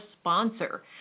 sponsor